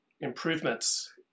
improvements